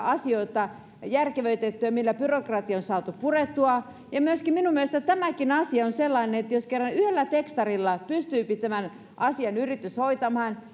asioita järkevöitettyä millä byrokratiaa on saatu purettua minun mielestäni myöskin tämä asia on sellainen että jos kerran yhdellä tekstarilla pystyy asian yritys hoitamaan